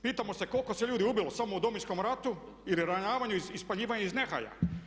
Pitamo se koliko se ljudi ubilo samo u domovinskom ratu ili ranjavanju ispaljivanjem iz nehaja?